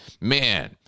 man